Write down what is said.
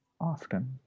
often